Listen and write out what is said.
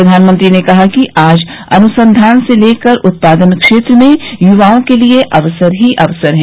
प्रधानमंत्री ने कहा कि आज अनुसंधान से लेकर उत्पादन क्षेत्र में युवाओं के लिए अवसर ही अवसर हैं